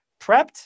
prepped